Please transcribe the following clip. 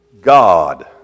God